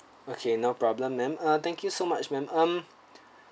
okay no problem ma'am thank you so much ma'am um